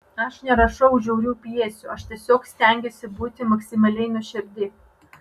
aš nerašau žiaurių pjesių aš tiesiog stengiuosi būti maksimaliai nuoširdi